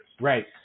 Right